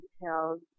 details